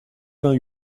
vingt